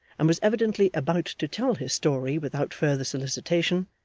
and was evidently about to tell his story without further solicitation,